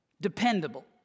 dependable